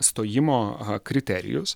stojimo kriterijus